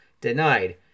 denied